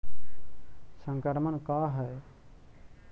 संक्रमण का है?